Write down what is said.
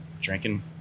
drinking